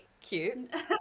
Cute